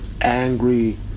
angry